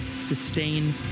sustain